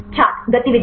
छात्र गतिविधि